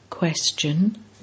Question